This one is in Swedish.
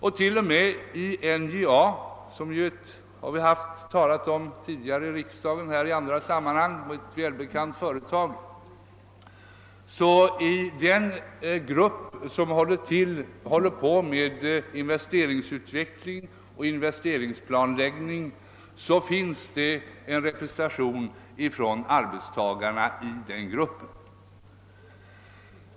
I NJA, som vi i andra sammanhang talat om i riksdagen — det är ett välbekant företag — har man, t.o.m. inom den grupp som arbetar med investeringsutveckling och investeringsplanläggning, en representation för arbetstagarna. '